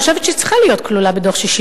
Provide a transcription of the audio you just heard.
חושבת שהיא צריכה להיות כלולה בדוח-ששינסקי,